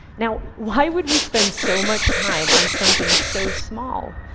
now, why would we spend so much time on something so small?